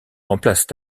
remplacent